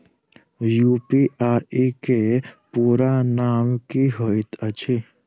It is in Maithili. यु.पी.आई केँ पूरा नाम की होइत अछि?